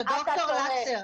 זו ד"ר לקסר.